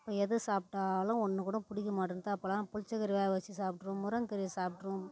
எது சாப்பிட்டாலும் ஒன்று கூட பிடிக்க மாட்டேந்த்து அப்போல்லாம் புளித்த கீரையை வச்சி சாப்பிட்ருவோம் முருங்க்கீரையை சாப்பிட்ருவோம்